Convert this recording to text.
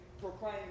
proclaim